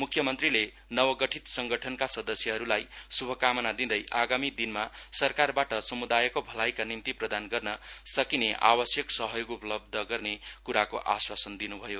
मुख्यमन्त्रीले नवगठित संगठनका सदस्यहरूलाई शुभकामना दिँदै आगामी दिनमा सरकारबाट समुदायको भलाईका निम्ति प्रदान गर्न सकिने आवश्यक सहयोग उपलब्ध गर्ने कुराको आस्वासन दिनुभयो